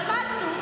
אבל מה עשו?